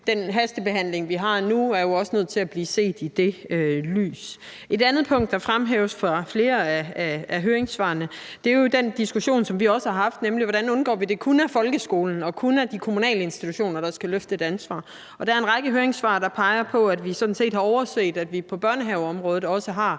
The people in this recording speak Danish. den hastebehandling, vi har nu, er jo også nødt til at blive set i det lys. Et andet punkt, der fremhæves i flere af høringssvarene, er jo den diskussion, som vi også har haft, nemlig hvordan vi undgår, at det kun er folkeskolen og det kun er de kommunale institutioner, der skal løfte et ansvar, og der er en række høringssvar, der peger på, at vi sådan set har overset, at vi på børnehaveområdet har